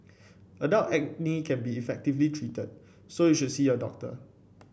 adult acne can be effectively treated so you should see your doctor